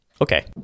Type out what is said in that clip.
Okay